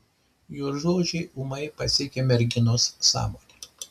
jo žodžiai ūmai pasiekė merginos sąmonę